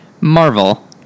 Marvel